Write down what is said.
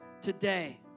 Today